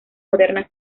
modernas